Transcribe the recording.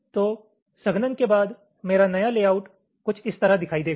तो संघनन के बाद मेरा नया लेआउट कुछ इस तरह दिखाई देगा